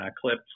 clips